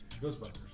Ghostbusters